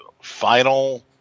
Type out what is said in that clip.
final